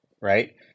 Right